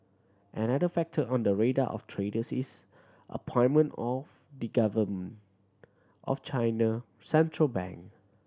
another factor on the radar of traders is appointment of the governor of China central bank